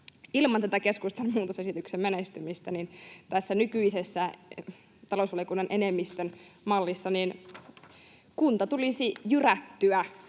ilman tätä keskustan muutosesityksen menestymistä tässä nykyisessä talousvaliokunnan enemmistön mallissa kunta tulisi jyrättyä